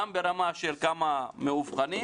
גם ברמה של כמה מאובחנים,